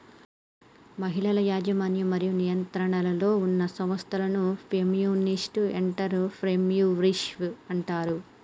మహిళల యాజమాన్యం మరియు నియంత్రణలో ఉన్న సంస్థలను ఫెమినిస్ట్ ఎంటర్ ప్రెన్యూర్షిప్ అంటారు